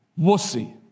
wussy